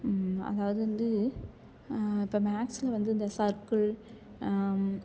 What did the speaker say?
அதாவது வந்து இப்போ மேக்ஸில் வந்து இந்த சர்க்குள்